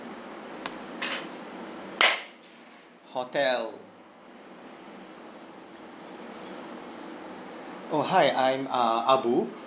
hotel oh hi I'm uh ah bu